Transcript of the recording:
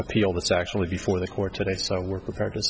appeal that's actually before the court today so i work with partic